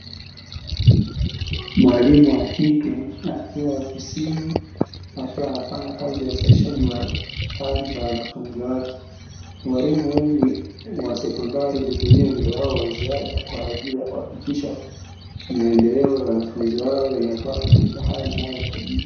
Mwalimu wa kike akiwa ofisini, akiwa anafanya kazi ya usahihishaji wa kazi za wanafunzi wake. Walimu wengi wa sekondari hutumia muda wao waziada kwa ajili ya kuhakikisha maendeleo ya wanafunzi wao yanakuwa katika hali inayo hitajika.